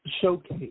showcase